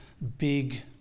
big